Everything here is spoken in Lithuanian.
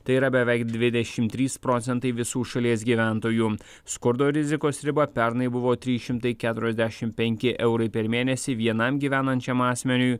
tai yra beveik dvidešimt trys procentai visų šalies gyventojų skurdo rizikos riba pernai buvo trys šimtai keturiasdešimt penki eurai per mėnesį vienam gyvenančiam asmeniui